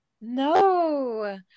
No